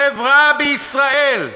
חברה בישראל,